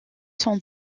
sont